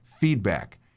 feedback